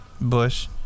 Bush